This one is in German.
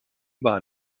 war